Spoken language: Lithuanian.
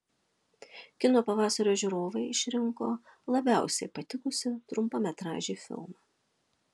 kino pavasario žiūrovai išrinko labiausiai patikusį trumpametražį filmą